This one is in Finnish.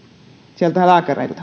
sieltä lääkäreiltä